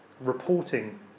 reporting